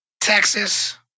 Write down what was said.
Texas